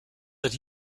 that